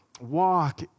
walk